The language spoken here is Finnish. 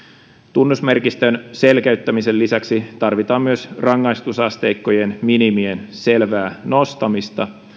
tunnusmerkistön selkeyttämisen lisäksi tarvitaan myös rangaistusasteikkojen minimien selvää nostamista